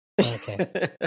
Okay